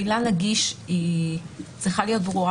המילה "נגיש" צריכה להיות ברורה.